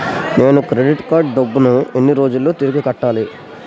నేను credit card డబ్బును ఎన్ని రోజుల్లో తిరిగి కట్టాలి?